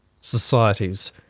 societies